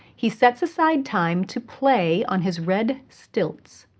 he sets aside time to play on his red stilts.